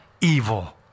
evil